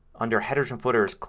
under headers and footers,